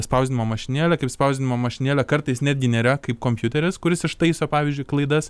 spausdinimo mašinėlė kaip spausdinimo mašinėlė kartais netgi nėra kaip kompiuteris kuris ištaiso pavyzdžiui klaidas